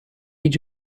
age